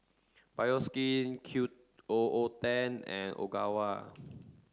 Bioskin Q O O Ten and Ogawa